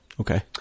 okay